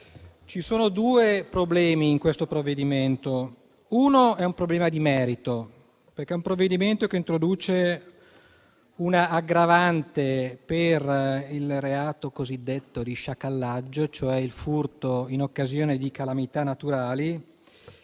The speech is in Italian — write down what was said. Ravviso due problemi in questo provvedimento. Il primo è un problema di merito, perché il provvedimento introduce un'aggravante per il reato cosiddetto di sciacallaggio, cioè il furto in occasione di calamità naturali,